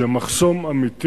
זה מחסום אמיתי.